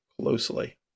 closely